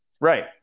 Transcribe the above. Right